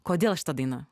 kodėl šita daina